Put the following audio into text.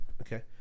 Okay